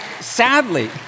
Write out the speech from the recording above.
sadly